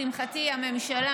לשמחתי הממשלה,